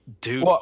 dude